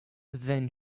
then